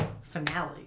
finale